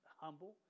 humble